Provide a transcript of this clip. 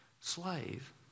slave